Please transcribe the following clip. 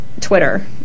Twitter